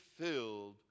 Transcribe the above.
filled